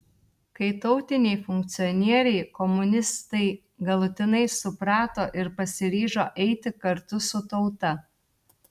kai tautiniai funkcionieriai komunistai galutinai suprato ir pasiryžo eiti kartu su tauta